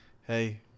hey